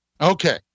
okay